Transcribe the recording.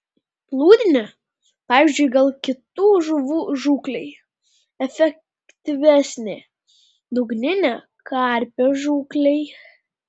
plūdinė pavyzdžiui gal kitų žuvų žūklei efektyvesnė dugninė karpio žūklei